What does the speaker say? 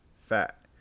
Fat